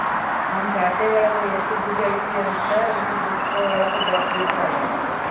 ನಮ್ ಖಾತೆ ಒಳಗ ಎಷ್ಟ್ ದುಡ್ಡು ಐತಿ ಅಂತ ಈ ಬುಕ್ಕಾ ಒಳಗ ಬರ್ದಿರ್ತರ